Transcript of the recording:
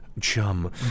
chum